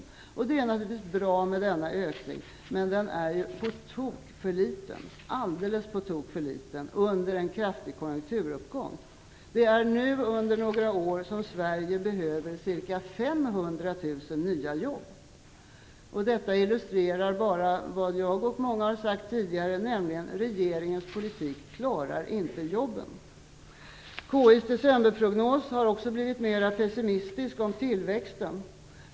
Denna ökning är naturligtvis bra, men den är på tok för liten - och dessutom under en kraftig konjunkturuppgång! Det är nu under några år som Sverige behöver ca 500 000 nya jobb. Detta illustrerar bara vad jag och många andra tidigare har sagt, nämligen att regeringens politik inte klarar jobben. KI:s decemberprognos är också mera pessimistisk om tillväxten.